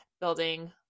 building